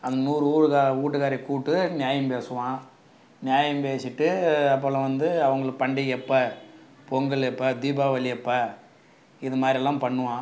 அந்த நூறு வீடுக்கா வீட்டுக்காரையும் கூப்பிட்டு நியாயம் பேசுவோம் நியாயம் பேசிவிட்டு அப்புறம் வந்து அவங்களுக்கு பண்டிகை எப்போ பொங்கல் எப்போ தீபாவளி எப்போ இதுமாதிரிலாம் பண்ணுவோம்